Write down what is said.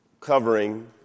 covering